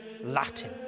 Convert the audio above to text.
Latin